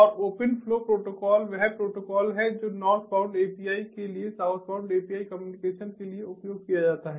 और open flow protocol वह protocol है जो नार्थबाउंड API के लिए साउथबाउंड API कम्युनिकेशन के लिए उपयोग किया जाता है